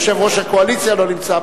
יושב-ראש הקואליציה לא נמצא,